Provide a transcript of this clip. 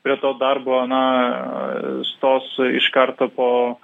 prie to darbo na stos iš karto po